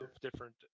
different